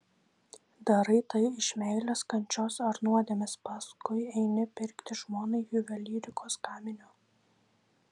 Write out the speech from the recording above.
darai tai iš meilės kančios ar nuodėmės paskui eini pirkti žmonai juvelyrikos gaminio